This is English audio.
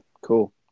cool